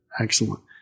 Excellent